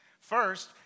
First